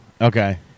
Okay